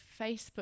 Facebook